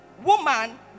Woman